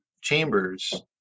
chambers